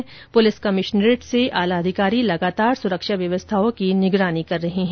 इसके साथ police commissionerate से आला अधिकारी लगातार सुरक्षा व्यवस्थाओं की मॉनिटरिंग कर रहे हैं